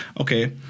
okay